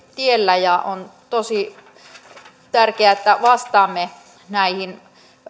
tiellä ja on tosi tärkeää että vastaamme näihin